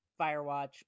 Firewatch